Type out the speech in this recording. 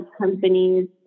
companies